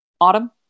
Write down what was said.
Autumn